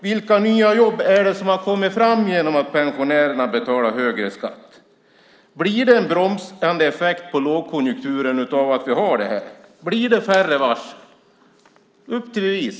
Vilka nya jobb är det som har kommit fram genom att pensionärerna betalar högre skatt? Blir det en bromsande effekt på lågkonjunkturen av att vi har det här? Blir det färre varsel? Upp till bevis!